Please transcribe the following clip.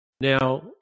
Now